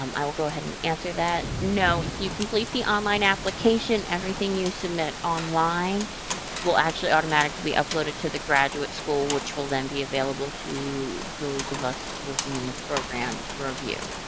um i will go ahead and answer that no, if you complete the online application, everything you submit online will actually automatically be uploaded to the graduate school which will then be available to those of us working in the program to review.